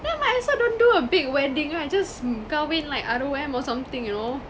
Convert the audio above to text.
then might as well don't do a big wedding right just kahwin like R_O_M or something you know